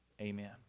amen